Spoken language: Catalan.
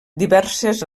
diverses